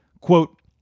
Quote